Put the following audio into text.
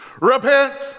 Repent